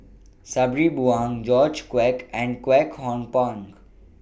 Sabri Buang George Quek and Kwek Hong Png